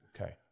Okay